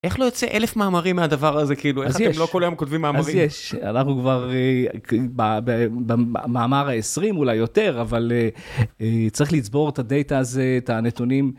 איך לא יוצא אלף מאמרים מהדבר הזה, כאילו, איך אתם לא כל היום כותבים מאמרים? אז יש, אנחנו כבר במאמר ה-20 אולי יותר, אבל צריך לצבור את הדאטה הזאת, את הנתונים.